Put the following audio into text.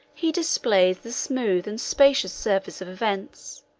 he displays the smooth and specious surface of events,